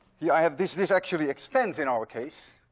yeah i have this. this actually extends, in our case,